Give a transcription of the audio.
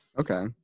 Okay